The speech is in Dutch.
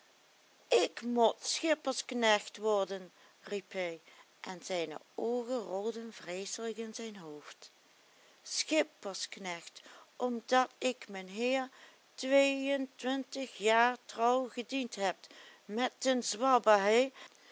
ik mot schippersknecht worden riep hij en zijne oogen rolden vreeselijk in zijn hoofd schippersknecht omdat ik menheer tweeëntwintig jaar trouw gediend heb met den